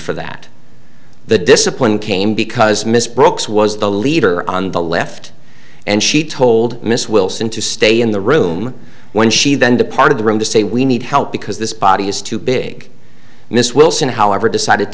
for that the discipline came because miss brooks was the leader on the left and she told miss wilson to stay in the room when she then departed the room to say we need help because this body is too big miss wilson however decided